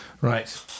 Right